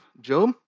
Job